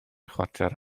chwarter